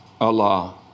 Allah